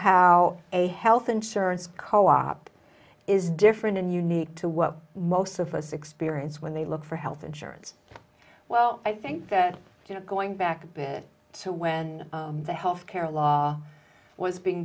how a health insurance co op is different and unique to what most of us experience when they look for health insurance well i think that you know going back a bit so when the health care law was being